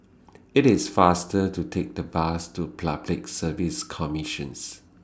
It's faster to Take The Bus to Public Service Commission